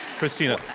christina,